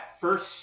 first